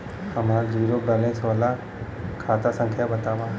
हमार zero balance वाला खाता संख्या वतावा?